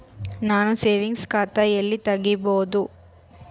ನಾನು ಸೇವಿಂಗ್ಸ್ ಖಾತಾ ಎಲ್ಲಿ ತಗಿಬೋದು?